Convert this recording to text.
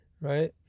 Right